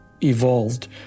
evolved